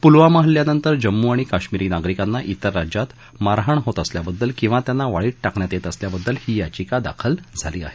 पुलवामा हल्ल्यानंतर जम्मू आणि कश्मीरी नागरिकांना विर राज्यात मारहाण होत असल्याबद्दल किंवा त्यांना वाळीत टाकण्यात येत असल्याबद्दल ही याचिका दाखल झाली आहे